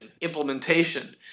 implementation